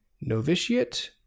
novitiate